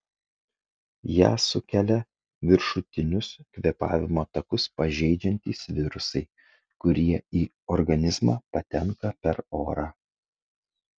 ją sukelia viršutinius kvėpavimo takus pažeidžiantys virusai kurie į organizmą patenka per orą